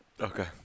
Okay